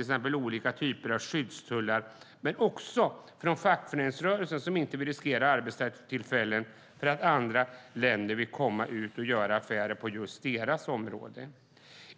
exempel vill behålla olika typer av skyddstullar, men också fackföreningsrörelsen motsätter sig frihandel eftersom man inte vill riskera arbetstillfällen när andra länder vill komma och göra affärer på just deras område.